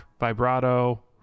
vibrato